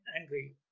angry